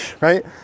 right